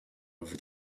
over